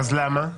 אז למה?